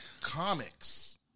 comics